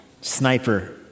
sniper